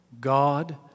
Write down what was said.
God